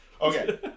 Okay